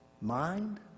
mind